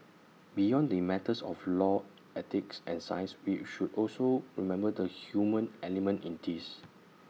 beyond the matters of law ethics and science we should also remember the human element in this